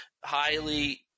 highly